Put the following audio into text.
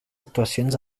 actuacions